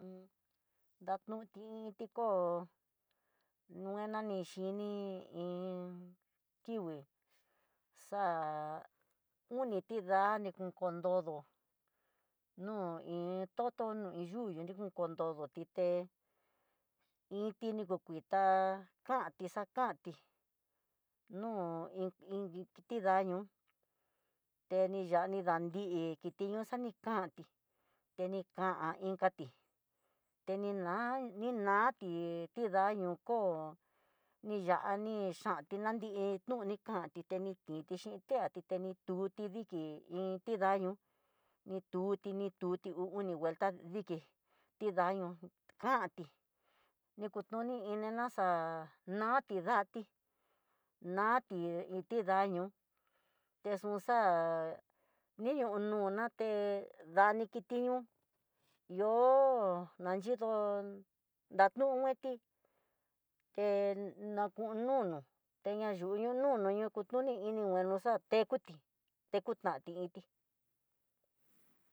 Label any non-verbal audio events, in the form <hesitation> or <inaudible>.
<hesitation> danuti tiko nani xhini iin kikui xa'a oni tidá ni kon nodo no iin toto no in yuyú, nikun konrodo tité iinti ni kon kuitá kan a kanti, no'o i iin tidá ñoo, teni xa'a tidandi kitiño anikanti, te kan inkati, niná niná tida'a no ko ni ya'á ni xhandi nanri, noni kantí teni tinti xhin tiati tenitinti ta ni tuti diki iin ti daño, ni tuti ni tuti uu oni vuelta diki, nrida kanti ni kutoni ina xa nati dati nati itida'a ñoo, exun xa'a ni uñunaté dani kiti ñuu, ihó nanyido ndanungueti, té nakununu te ña yu nuno ñokotini ini ná tekuti tekutan tintí.